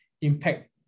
impact